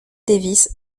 davis